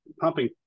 pumping